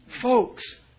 Folks